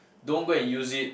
don't go and use it